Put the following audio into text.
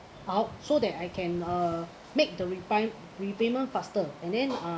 out so that I can uh make the repay~ repayment faster and then uh